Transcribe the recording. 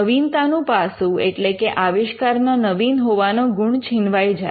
નવીનતાનું પાસુ એટલે કે આવિષ્કારના નવીન હોવાનો ગુણ છીનવાઈ જાય